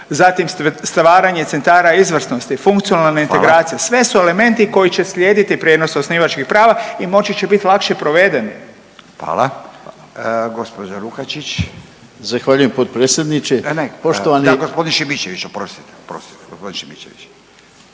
zatim stvaranje centara izvrsnosti, funkcionalna integracija sve su elementi koji će slijediti prijenos osnivačkih prava i moći će biti lakše proveden. **Radin, Furio (Nezavisni)** Hvala. Gospođa Lukačić. A ne, gospodin Šimičević oprostite,